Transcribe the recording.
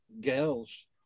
girls